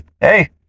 hey